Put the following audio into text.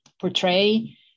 portray